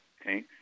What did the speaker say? Okay